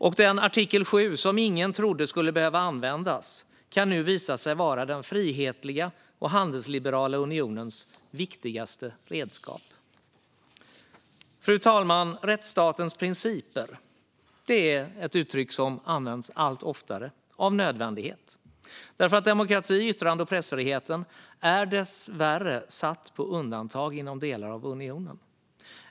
Och artikel 7, som ingen trodde skulle behöva användas, kan nu visa sig vara den frihetliga och handelsliberala unionens viktigaste redskap. Fru talman! Rättsstatens principer är ett uttryck som används allt oftare, av nödvändighet. Demokratin och yttrande och pressfriheten är dessvärre satta på undantag inom delar av unionen.